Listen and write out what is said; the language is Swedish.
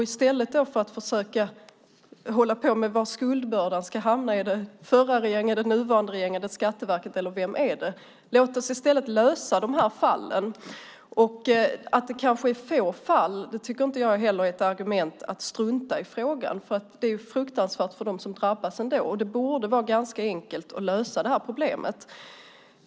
I stället för att försöka utröna var skuldbördan ska hamna, på den förra regeringen, den nuvarande regeringen, Skatteverket eller någon annan, bör vi i stället lösa de här problemen. Att det kanske är få fall tycker jag inte är ett argument för att strunta i frågan; det är ändå fruktansvärt för dem som drabbas. Det borde vara ganska enkelt att lösa det här problemet.